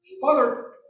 Father